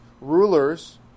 rulers